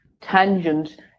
tangent